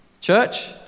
Church